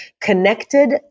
connected